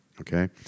okay